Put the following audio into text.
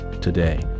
today